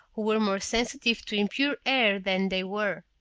who were more sensitive to impure air than they were.